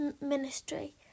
ministry